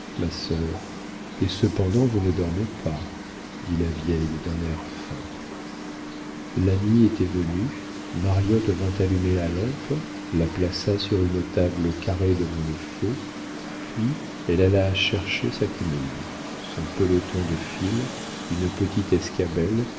ma sœur et cependant vous ne dormez pas dit la vieille d'un air fin la nuit était venue mariotte vint allumer la lampe la plaça sur une table carrée devant le feu puis elle alla chercher sa quenouille son peloton de fil une petite escabelle